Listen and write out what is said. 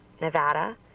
Nevada